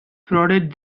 prodded